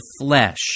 flesh